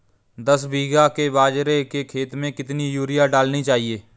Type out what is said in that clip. दस बीघा के बाजरे के खेत में कितनी यूरिया डालनी चाहिए?